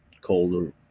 cold